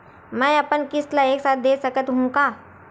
मै अपन किस्त ल एक साथ दे सकत हु का?